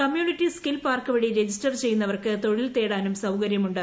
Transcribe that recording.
community skill park വഴി register ചെയ്യുന്നവർക്ക് തൊഴിൽ തേടാനും സൌകര്യമുണ്ട്